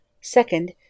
Second